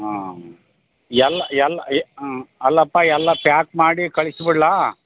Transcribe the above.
ಹಾಂ ಎಲ್ಲ ಎಲ್ಲ ಅಲ್ಲಪ್ಪ ಎಲ್ಲ ಪ್ಯಾಕ್ ಮಾಡಿ ಕಳ್ಸಿಬಿಡ್ಲಾ